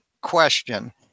question